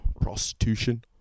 prostitution